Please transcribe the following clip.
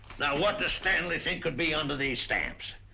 now what does stanley think could be under these stamps?